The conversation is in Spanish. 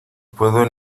puedo